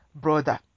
brother